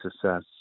success